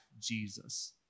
Jesus